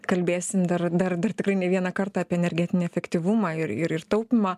kalbėsim dar dar dar tikrai ne vieną kartą apie energetinį efektyvumą ir ir ir taupymą